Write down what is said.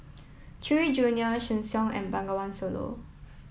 Chewy Junior Sheng Siong and Bengawan Solo